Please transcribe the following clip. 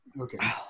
Okay